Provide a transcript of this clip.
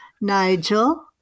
Nigel